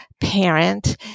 parent